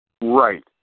Right